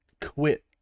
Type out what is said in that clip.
quit